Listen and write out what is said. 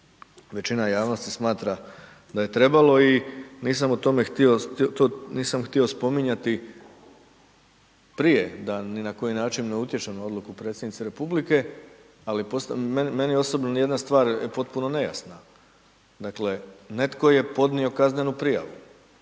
većina javnosti smatra da je trebalo i nisam htio spominjati prije da ni na koji način ne utječem na odluku predsjednice RH, ali meni osobno nijedna stvar je potpuno nejasna. Dakle, netko je podnio kaznenu prijavu,